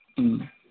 ꯎꯝ